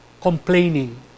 complaining